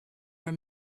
were